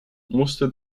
musste